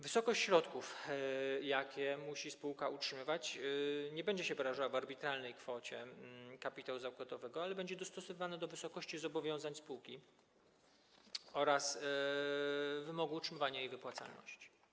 Wysokość środków, jakie musi spółka utrzymywać, nie będzie się wyrażała w arbitralnej kwocie kapitału zakładowego, ale będzie dostosowywana do wysokości zobowiązań spółki oraz wymogu utrzymywania jej wypłacalności.